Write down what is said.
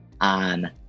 on